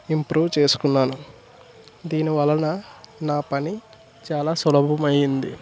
improve చేసుకున్నాను దీని వలన నా పని చాలా సులభం అయింది